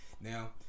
Now